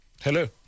Hello